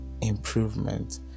improvement